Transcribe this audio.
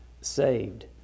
saved